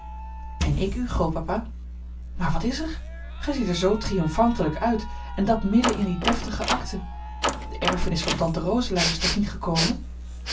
en ik u grootpapa maar wat is er gij ziet er zoo triomfantelijk uit en dat midden in die deftige akten de erfenis van tante roselaer is toch niet gekomen